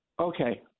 Okay